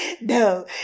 No